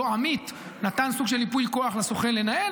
אותו עמית נתן סוג של ייפוי כוח לסוכן לנהל,